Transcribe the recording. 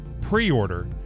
pre-order